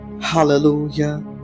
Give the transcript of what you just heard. Hallelujah